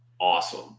awesome